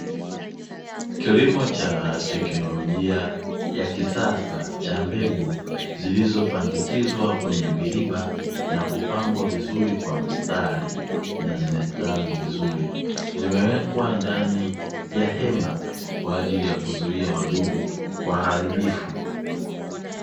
Kilimo cha teknolojia ya kisasa cha mbegu zimewekwa ndani ya hema